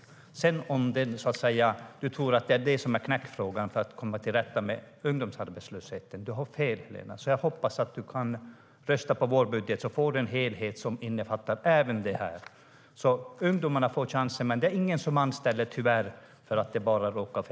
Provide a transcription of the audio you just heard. Om du tror att detta är knäckfrågan när det gäller att komma till rätta med ungdomsarbetslösheten har du fel, Helena. Jag hoppas att du kan rösta på vår budget. Då får du en helhet som innefattar även detta. Ungdomarna får chansen, men tyvärr är det ingen som anställer bara för att det råkar vara så här.